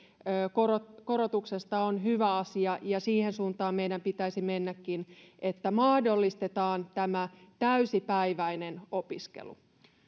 korotuksesta korotuksesta on hyvä asia ja siihen suuntaan meidän pitäisi mennäkin että mahdollistetaan täysipäiväinen opiskelu